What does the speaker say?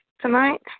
tonight